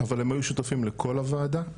אבל הם היו שותפים לכל הוועדה,